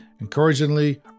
Encouragingly